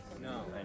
No